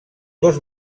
dos